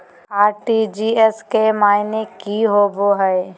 RTGS के माने की होबो है?